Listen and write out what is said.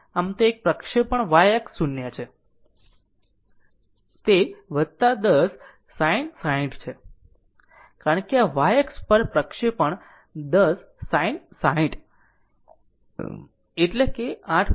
આમ તે એક પ્રક્ષેપણ y અક્ષ 0 છે તે 10 sin 60 છે કારણ કે આ y અક્ષ પર પ્રક્ષેપણ 10 sin 60 એટલે કે 8